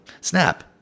Snap